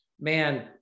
man